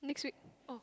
next week oh